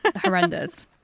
horrendous